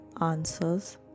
answers